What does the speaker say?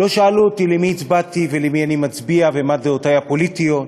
לא שאלו אותי למי הצבעתי ולמי אני מצביע ומה דעותי הפוליטיות.